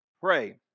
Pray